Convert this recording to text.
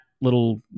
little